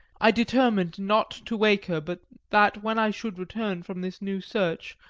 i determined not to wake her, but that, when i should return from this new search,